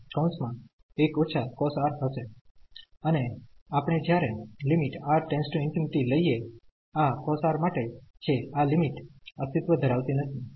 તેથી આ હશે અને આપણે જ્યારે લઈએ આ cos R માટે છે આ લિમિટ અસ્તિત્વ ધરાવતી નથી